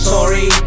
Sorry